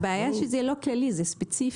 הבעיה היא שזה לא כללי, זה ספציפי.